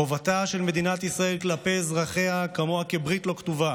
חובתה של מדינת ישראל כלפי אזרחיה כמוה כברית לא כתובה